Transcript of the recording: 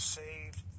saved